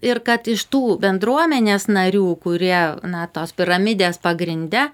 ir kad iš tų bendruomenės narių kurie na tos piramidės pagrinde